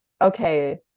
okay